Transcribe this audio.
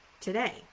today